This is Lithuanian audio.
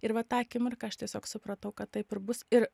ir va tą akimirką aš tiesiog supratau kad taip ir bus ir